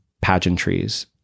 pageantries